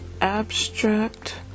Abstract